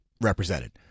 represented